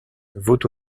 vaut